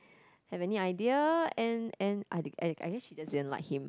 have any idea and and I guess I think she just didn't like him